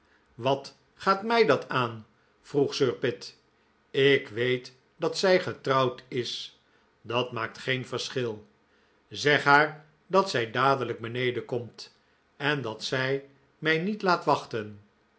wat gaat mij dat aan vroeg sir pitt ik weet dat zij getrouwd is dat maakt geen verschil zeg haar dat zij dadelijk beneden komt en dat zij mij niet laat wachten